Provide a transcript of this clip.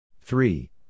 Three